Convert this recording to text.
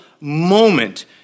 moment